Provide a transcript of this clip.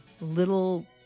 little